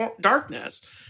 darkness